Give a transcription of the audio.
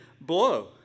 blow